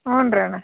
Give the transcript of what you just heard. ಹ್ಞೂನಣ್ಣ